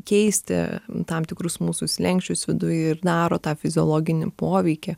keisti tam tikrus mūsų slenksčius viduj ir daro tą fiziologinį poveikį